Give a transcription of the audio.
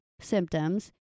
symptoms